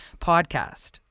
podcast